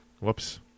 Whoops